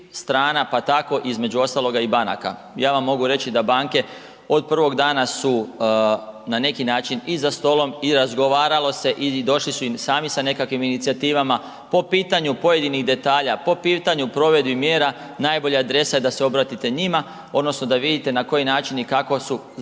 strana, pa tako između ostaloga i banaka. Ja vam mogu reći da banke od prvog dana su na neki način i za stolom i razgovaralo i došli su sami sa nekakvim inicijativama po pitanju pojedinih detalja, po pitanju provedbi mjera najbolja je adresa da se obratite njima odnosno da vidite na koji način i kako su određene